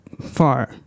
far